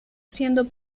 siendo